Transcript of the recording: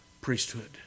priesthood